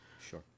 Sure